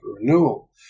renewal